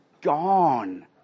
gone